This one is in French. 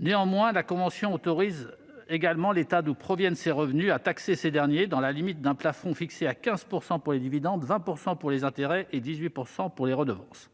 Néanmoins, la convention autorise l'État d'où proviennent ces revenus à taxer ces derniers, dans la limite d'un plafond fixé à 15 % pour les dividendes, à 20 % pour les intérêts et à 18 % pour les redevances.